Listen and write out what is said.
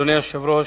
אדוני היושב-ראש,